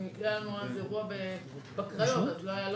אם במקרה היה לנו איזה אירוע בקריות אז לא הייתה פגיעה